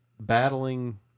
battling